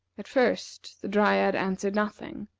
at first, the dryad answered nothing,